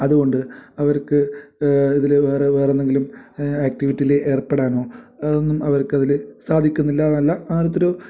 അതുകൊണ്ട് അവർക്ക് ഇതിൽ വേറെ വേറെന്തെങ്കിലും ആക്ടിവിറ്റിയിൽ ഏർപ്പെടാനോ അതൊന്നും അവർക്കതിൽ സാധിക്കുന്നില്ലയെന്നല്ല അങ്ങനത്തൊരു